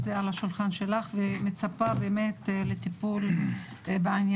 זה על השולחן שלך ואני מצפה באמת לטיפול בעניין.